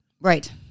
Right